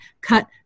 cut